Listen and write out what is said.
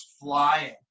flying